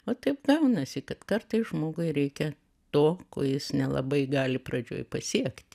o taip gaunasi kad kartais žmogui reikia to ko jis nelabai gali pradžioj pasiekt